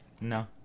No